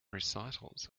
recitals